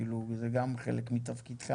זה גם חלק מתפקידך,